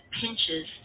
pinches